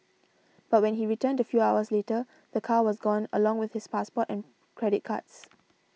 but when he returned a few hours later the car was gone along with his passport and credit cards